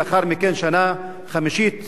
ולאחר מכן שנה חמישית